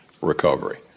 recovery